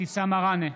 אבתיסאם מראענה,